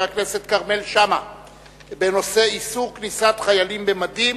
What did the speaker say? הכנסת כרמל שאמה בנושא: איסור כניסת חיילים במדים